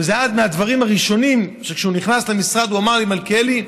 וזה היה מהדברים הראשונים שכשהוא נכנס למשרד הוא אמר לי: מלכיאלי,